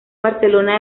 barcelona